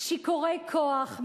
שיכורי כוח,